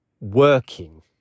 working